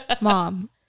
Mom